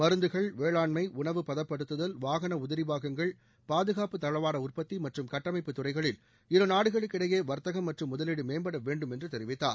மருந்துகள் வேளாண்மை உணவுப் பதப்படுத்துதல் வாகன உதிரிபாகங்கள் பாதுகாப்புத் தளவாட உற்பத்தி மற்றும் கட்டமைப்பு துறைகளில் இருநாடுகளுக்கிடையே வர்த்தகம் மற்றும் முதலீடு மேம்பட வேண்டும் என்று தெரிவித்தார்